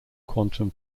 quantum